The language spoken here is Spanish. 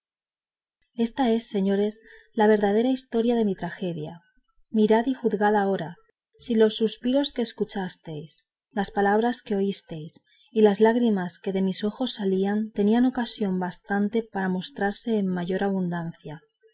esta es señores la verdadera historia de mi tragedia mirad y juzgad ahora si los suspiros que escuchastes las palabras que oístes y las lágrimas que de mis ojos salían tenían ocasión bastante para mostrarse en mayor abundancia